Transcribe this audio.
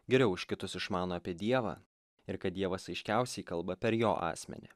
geriau už kitus išmano apie dievą ir kad dievas aiškiausiai kalba per jo asmenį